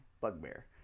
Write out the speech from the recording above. bugbear